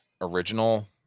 original